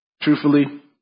truthfully